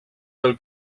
pel